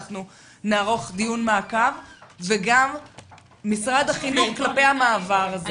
אנחנו נערוך דיון מעקב וגם לגבי משרד החינוך במעבר הזה.